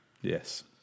Yes